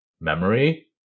memory